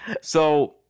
So-